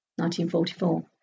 1944